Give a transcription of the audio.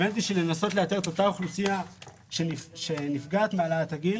לנסות לאתר את אותה אוכלוסייה שנפגעת מהעלאת הגיל